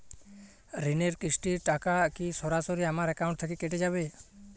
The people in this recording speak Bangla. ঋণের কিস্তির টাকা কি সরাসরি আমার অ্যাকাউন্ট থেকে কেটে যাবে?